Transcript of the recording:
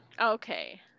Okay